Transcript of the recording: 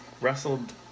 wrestled